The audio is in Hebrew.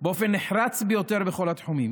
באופן נחרץ ביותר בכל התחומים